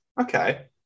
Okay